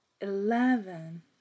eleven